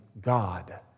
God